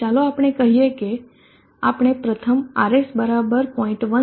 હવે ચાલો આપણે કહીએ કે આપણે પ્રથમ RS બરાબર 0